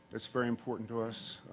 it's very important to us.